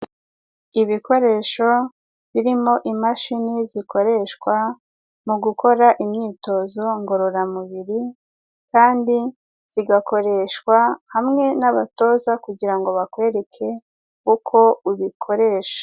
Ibikoresho birimo imashini zikoreshwa mu gukora imyitozo ngororamubiri, kandi zigakoreshwa hamwe n'abatoza kugira ngo bakwereke uko ubikoresha.